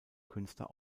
künstler